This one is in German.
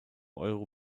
euro